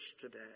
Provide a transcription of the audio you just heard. today